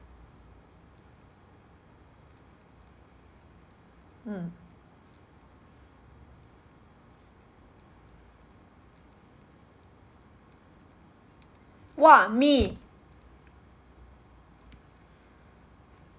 mm !wah! me